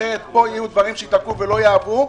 אחרת יהיו פה דברים שייתקעו ולא יעברו.